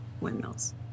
windmills